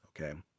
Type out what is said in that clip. Okay